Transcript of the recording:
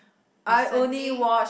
recently